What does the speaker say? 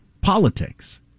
politics –